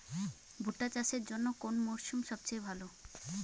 ভুট্টা চাষের জন্যে কোন মরশুম সবচেয়ে ভালো?